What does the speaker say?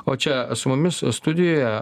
o čia su mumis studijoje